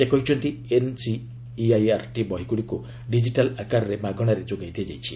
ସେ କହିଛନ୍ତି ଏନ୍ସିଇଆର୍ଟି ବହିଗୁଡ଼ିକୁ ଡିକିଟାଲ୍ ଆକାରରେ ମାଗଣାରେ ଯୋଗାଇ ଦିଆଯାଇଛି